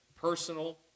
personal